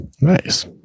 Nice